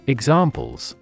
Examples